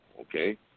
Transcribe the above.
okay